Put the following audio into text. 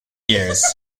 years